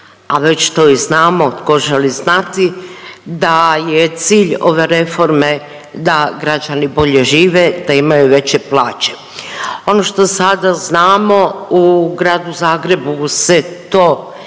a već to i znamo tko želi znati da je cilj ove reforme da građani bolje žive, da imaju veće plaće. Ono što sada znamo u Gradu Zagrebu se to ne